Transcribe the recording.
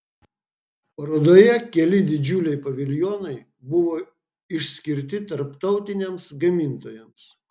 parodoje keli didžiuliai paviljonai buvo išskirti tarptautiniams gamintojams